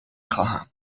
خواهم